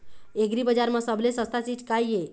एग्रीबजार म सबले सस्ता चीज का ये?